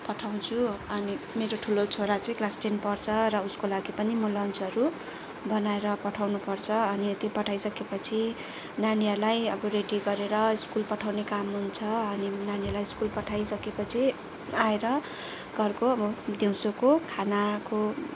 पठाउँछु अनि मेरो ठुलो छोरा चाहिँ क्लास टेन पढ्छ र उसको लागि पनि म लन्चहरू बनाएर पठाउनुपर्छ अनि त्यो पठाइसकेपछि नानीहरूलाई अब रेडी गरेर स्कुल पठाउने काम हुन्छ अनि नानीलाई स्कुल पठाइसकेपछि आएर घरको दिउँसोको खानाको